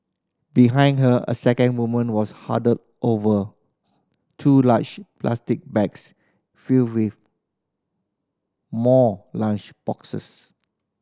behind her a second woman was huddled over two large plastic bags filled with more lunch boxes